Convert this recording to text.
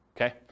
Okay